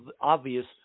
obvious